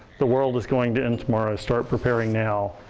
the world is going to end tomorrow, start preparing now.